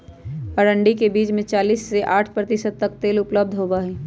अरंडी के बीज में चालीस से साठ प्रतिशत तक तेल उपलब्ध होबा हई